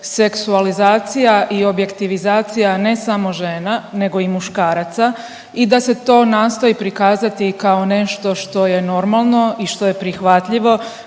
seksualizacija i objektivizacija ne samo žena nego i muškaraca i da se to nastoji prikazati kao nešto što je normalno i što je prihvatljivo,